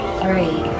three